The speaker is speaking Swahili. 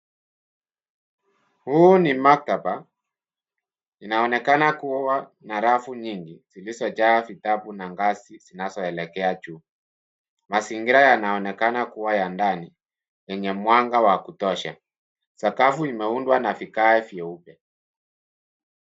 Huu ni maktaba inaonekana kuwa na rafu nyingi zilizojaa vitabu na ngazi zinazoelekea juu. Mazingira yanaonekana kuwa ya ndani yenye mwanga wa kutosha. Sakafu imeundwa na vigae vyeupe.